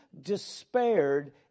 despaired